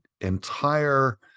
entire